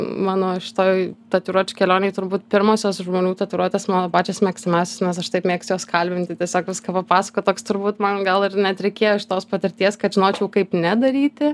mano šitoj tatuiruočių kelionėj turbūt pirmosios žmonių tatuiruotės mano pačios mėgstamiausios nes aš taip mėgstu juos kalbinti tiesiog viską papasakot toks turbūt man gal ir net reikėjo šitos patirties kad žinočiau kaip nedaryti